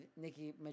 Nikki